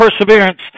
perseverance